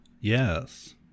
Yes